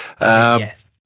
Yes